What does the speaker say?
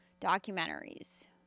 documentaries